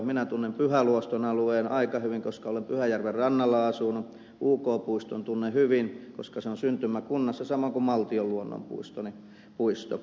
minä tunnen pyhä luoston alueen aika hyvin koska olen pyhäjärven rannalla asunut uk puiston tunnen hyvin koska se on syntymäkunnassani samoin kuin maltion luonnonpuiston